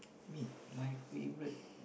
me my favourite